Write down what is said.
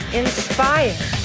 inspired